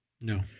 No